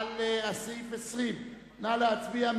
להצביע.